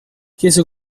chiese